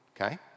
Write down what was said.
Okay